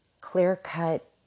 clear-cut